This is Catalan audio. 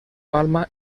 palma